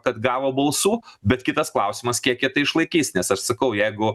kad gavo balsų bet kitas klausimas kiek jie tai išlaikys nes aš sakau jeigu